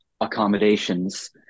accommodations